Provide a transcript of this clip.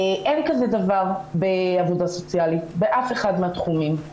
אין כזה דבר בעבודה סוציאלית באף אחד מהתחומים,